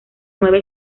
nueve